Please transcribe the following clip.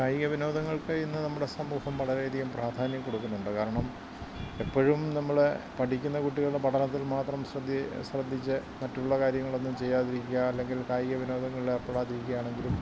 കായിക വിനോദങ്ങൾക്ക് ഇന്നു നമ്മുടെ സമൂഹം വളരെ അധികം പ്രാധാന്യം കൊടുക്കുന്നുണ്ട് കാരണം എപ്പോഴും നമ്മൾ പഠിക്കുന്ന കുട്ടികൾ പഠനത്തിൽ മാത്രം ശ്രദ്ധി ശ്രദ്ധിച്ച് മറ്റുള്ള കാര്യങ്ങൾ ഒന്നും ചെയ്യാതെ ഇരിക്കുക അല്ലെങ്കിൽ കായിക വിനോദങ്ങളിൽ ഏർപ്പെടാതെ ഇരിക്കുക ആണെങ്കിൽ